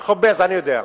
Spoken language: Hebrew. ח'בז, אני יודע.